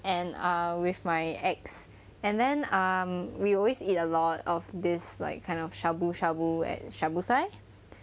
and err with my ex and then um we always eat a lot of this like kind of shabu shabu at shabu sai